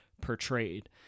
portrayed